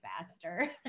faster